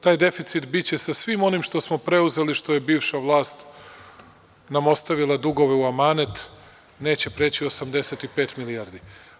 Taj deficit biće sa svim onim što smo preuzeli, što je bivša vlast nam ostavila dugove u amanet neće preći 85 milijardi.